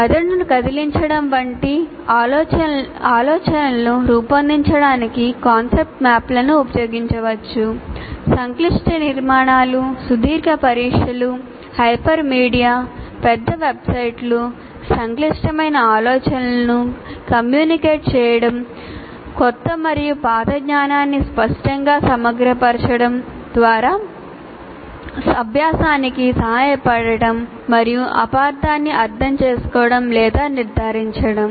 మెదడును కదిలించడం చేయడం కొత్త మరియు పాత జ్ఞానాన్ని స్పష్టంగా సమగ్రపరచడం ద్వారా అభ్యాసానికి సహాయపడటం మరియు అపార్థాన్ని అర్థం చేసుకోవడం లేదా నిర్ధారించడం